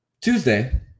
Tuesday